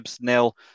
nil